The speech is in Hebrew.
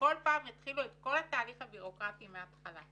שכל פעם יתחילו את כל התהליך הבירוקרטי מהתחלה.